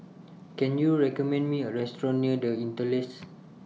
Can YOU recommend Me A Restaurant near The Interlace